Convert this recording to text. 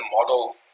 model